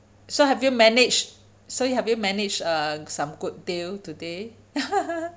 so have you manage so you have you manage uh some good deal today